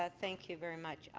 ah thank you very much.